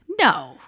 No